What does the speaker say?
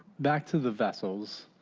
back to the vessels,